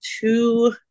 two